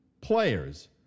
players